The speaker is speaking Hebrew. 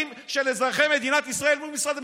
של אזרחי מדינת ישראל מול משרד המשפטים.